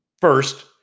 First